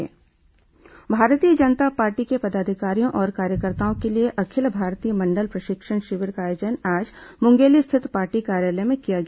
भाजपा प्रशिक्षण शिविर भारतीय जनता पार्टी के पदाधिकारियों और कार्यकर्ताओं के लिए अखिल भारतीय मंडल प्रशिक्षण शिविर का आयोजन आज मुंगेली स्थित पार्टी कार्यालय में किया गया